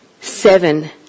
seven